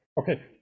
okay